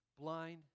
blind